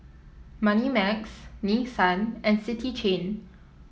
Moneymax Nissan and City Chain